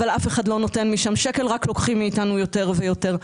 אבל אף אחד לא ניתן משם שקל אלא רק לוקחים מאיתנו יותר ויותר.